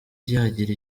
yagira